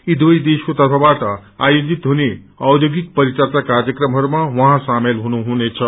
यी दुवै देख्शको तर्फबाअ आयोजित हुने औध्योगिक परचचा कार्यक्रमहरूमा उहाँ सामेल हुनुहुनेछ